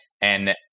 and-